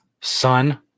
son